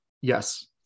Yes